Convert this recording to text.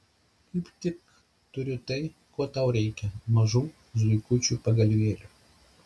kaip tik turiu tai ko tau reikia mažų zuikučių pagalvėlių